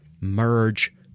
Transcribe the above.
merge